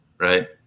Right